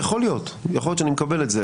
ויכול להיות שאני מקבל את זה,